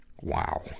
Wow